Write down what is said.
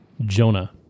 Jonah